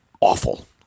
awful